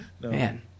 Man